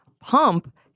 Pump